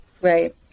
Right